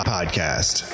Podcast